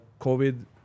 COVID